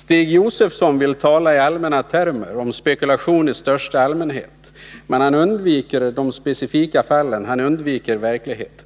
Fru talman! Stig Josefson vill tala i allmänna termer om spekulation i största allmänhet, men han undviker de specifika fallen — dvs. undviker verkligheten.